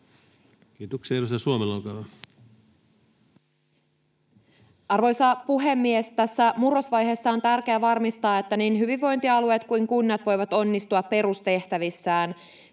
Time: 13:50 Content: Arvoisa puhemies! Tässä murrosvaiheessa on tärkeää varmistaa, että niin hyvinvointialueet kuin kunnat voivat onnistua perustehtävissään,